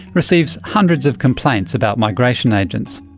receives hundreds of complaints about migration agents.